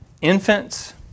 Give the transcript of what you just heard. infants